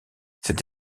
cette